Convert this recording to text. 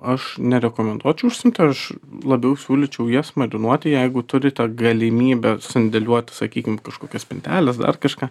aš nerekomenduočiau užsiimti aš labiau siūlyčiau jas marinuoti jeigu turite galimybę sandėliuoti sakykim kažkokias spinteles dar kažką